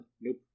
Nope